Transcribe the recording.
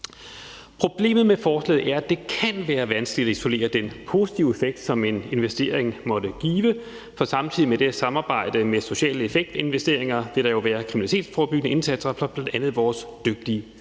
Problemet med forslaget er, at det kan være vanskeligt at isolere den positive effekt, som en investering måtte give. For samtidig med det her arbejde med sociale effektinvesteringer vil der jo være kriminalitetsforebyggende indsatser fra bl.a. vores dygtige